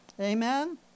amen